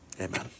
Amen